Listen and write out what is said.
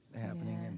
happening